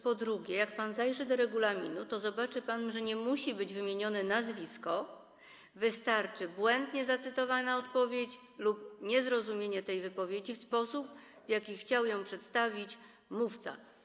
Po drugie, jak pan zajrzy do regulaminu, to zobaczy pan, że nie musi być wymienione nazwisko, wystarczy błędnie zacytowana wypowiedź lub niezrozumienie tej wypowiedzi w sposób, w jaki chciał ją przedstawić mówca.